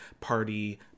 Party